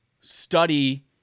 study